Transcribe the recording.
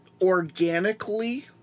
organically